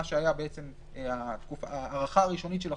מה שהיה ההארכה הראשונית של החוק,